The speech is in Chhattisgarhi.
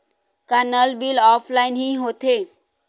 का नल बिल ऑफलाइन हि होथे?